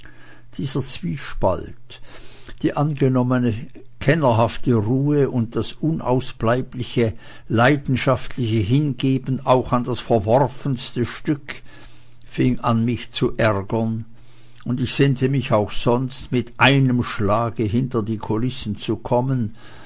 dieser zwiespalt die angenommene kennerhafte ruhe und das unausbleibliche leidenschaftliche hingeben auch an das verworfenste stück fing an mich zu ärgern und ich sehnte mich auch sonst mit einem schlage hinter die kulissen zu kommen